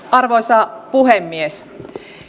arvoisa puhemies